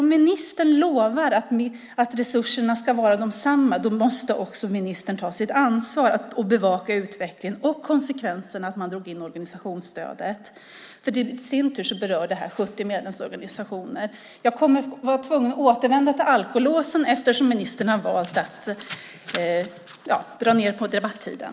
Om ministern lovar att resurserna ska vara desamma måste ministern också ta sitt ansvar och bevaka utvecklingen och konsekvenserna av att man drog in organisationsstödet. I sin tur berör detta 70 medlemsorganisationer. Jag kommer att vara tvungen att återvända till frågan om alkolås eftersom ministern har valt att dra ned på debattiden.